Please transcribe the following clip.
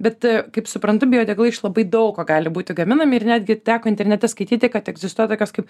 bet e kaip suprantu biodegalai iš labai daug ko gali būti gaminami ir netgi teko internete skaityti kad egzistuoja tokios kaip